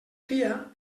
fia